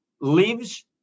lives